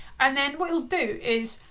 and then what you'll do is,